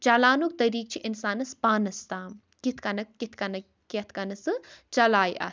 چلاونُک طٔریٖقہٕ چھُ اِنسانَس پانَس تام کِتھ کٔنۍ کِتھ کٔنۍ کِتھ کٔنۍ سُہ چَلایہِ اَتھ